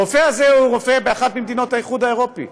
הרופא הזה הוא רופא באחת ממדינות האיחוד האירופי,